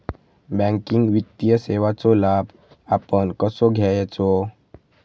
Banking वित्तीय सेवाचो लाभ आपण कसो घेयाचो?